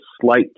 slight